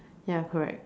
ya correct